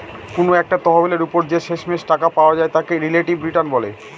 কোনো একটা তহবিলের ওপর যে শেষমেষ টাকা পাওয়া যায় তাকে রিলেটিভ রিটার্ন বলে